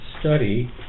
study